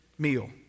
Meal